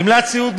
גמלת סיעוד,